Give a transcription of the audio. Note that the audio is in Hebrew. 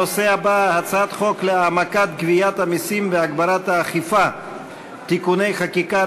הנושא הבא: הצעת חוק להעמקת גביית המסים והגברת האכיפה (תיקוני חקיקה),